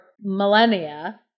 millennia